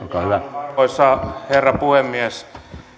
arvoisa herra puhemies